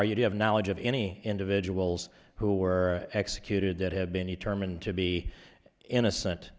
or you do have knowledge of any individuals who were executed that have been a term and to be innocent